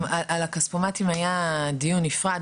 על העמלות בכספומטים הפרטיים היה דיון נפרד,